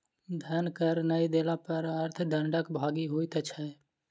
धन कर नै देला पर अर्थ दंडक भागी होइत छै